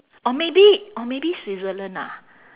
or maybe or maybe switzerland ah